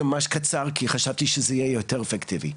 זה ממש קצר כי חשבתי שזה יהיה יותר אפקטיבי.